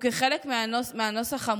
כחלק מהנוסח,